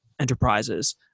enterprises